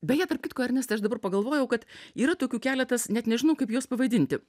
beje tarp kitko ernestai aš dabar pagalvojau kad yra tokių keletas net nežinau kaip juos pavadinti